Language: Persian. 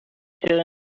چرا